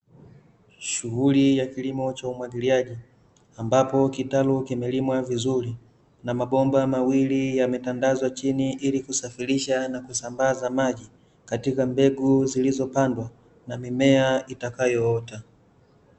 Shughuli ya kilimo cha umwagiliaji ambapo kitalu kimelimwa vizuri na mabomba mawili yametandazwa chini ili kusafirisha na kusambaza maji katika mbegu zilizopandwa na mimea itakayoota.